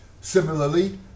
Similarly